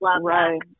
Right